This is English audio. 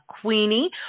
Queenie